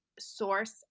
source